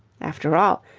after all,